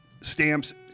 stamps